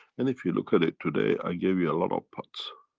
and if you look at it today i gave you a lot of pots.